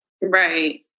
Right